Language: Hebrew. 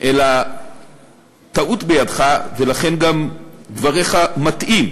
אלא טעות בידך, ולכן גם דבריך מטעים.